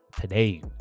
today